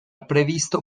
previsto